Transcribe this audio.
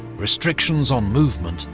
restrictions on movement,